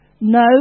no